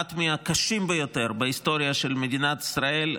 אחד מהקשים ביותר בהיסטוריה של מדינת ישראל,